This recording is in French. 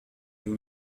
nous